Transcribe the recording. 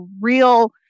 real